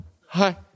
Hi